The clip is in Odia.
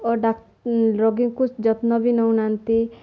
ଓ ରୋଗୀଙ୍କୁ ଯତ୍ନ ବି ନଉ ନାହାନ୍ତି